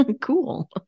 Cool